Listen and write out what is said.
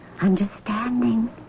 understanding